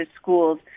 schools